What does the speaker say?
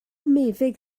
meddyg